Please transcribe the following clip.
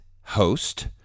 host